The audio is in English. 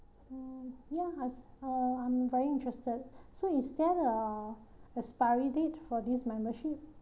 uh ya has uh I'm very interested so is there a expiry date for this membership